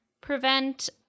prevent